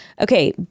okay